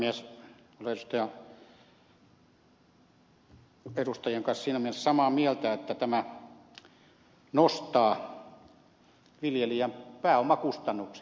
olen edustajien kanssa siinä mielessä samaa mieltä että tämä nostaa viljelijän pääomakustannuksia